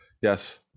yes